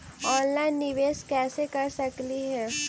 Online निबेस कैसे कर सकली हे?